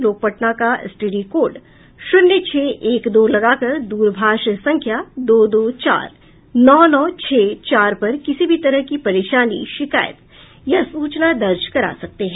लोग पटना का STD code शून्य छह एक दो लगाकर द्रभाष संख्या दो दो चार नौ नौ छह चार पर किसी भी तरह की परेशानी शिकायत या सूचना दर्ज करा सकते हैं